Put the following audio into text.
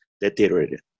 deteriorated